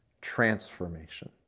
transformation